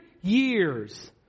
years